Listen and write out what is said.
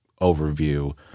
overview